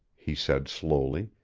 he said slowly.